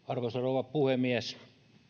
arvoisa rouva puhemies